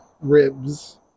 ribs